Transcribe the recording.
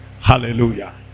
Hallelujah